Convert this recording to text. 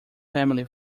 family